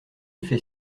fait